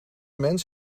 mens